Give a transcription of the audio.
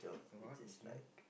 and what he's doing